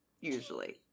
usually